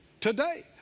today